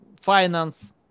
finance